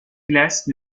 glace